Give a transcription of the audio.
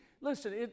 listen